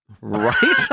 Right